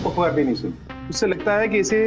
heartbreaking to see like but